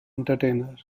entertainer